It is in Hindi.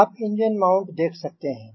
आप एंजिन माउंट देख सकते हैं